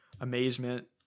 amazement